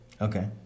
Okay